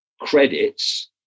credits